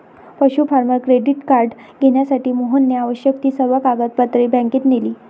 पशु farmer credit card घेण्यासाठी मोहनने आवश्यक ती सर्व कागदपत्रे बँकेत नेली